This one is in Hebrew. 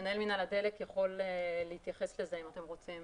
מנהל מינהל הדלק יכול להתייחס לזה, אם אתם רוצים.